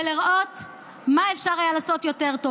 ולראות מה אפשר היה לעשות יותר טוב.